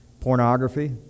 Pornography